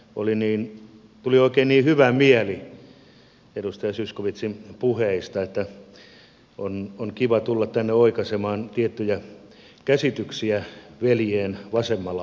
suoraan tänne tuli oikein niin hyvä mieli edustaja zyskowiczin puheista että on kiva tulla tänne oikaisemaan tiettyjä käsityksiä veljien vasemmalla ajattelusta